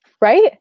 Right